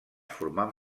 formant